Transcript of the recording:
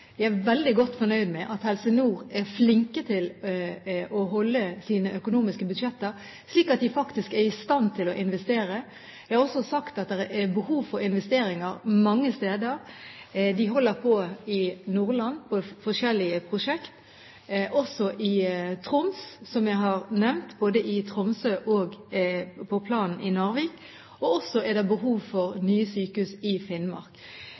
Jeg er veldig godt fornøyd med at de i Helse Nord er flinke til å holde sine økonomiske budsjetter, slik at de faktisk er i stand til å investere. Jeg har også sagt at det er behov for investeringer mange steder. De holder i Nordland på med forskjellige prosjekt, og også i Troms, som jeg har nevnt – både i Tromsø og på planen i Narvik. Og i Finnmark er det behov for nye sykehus i